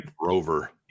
Rover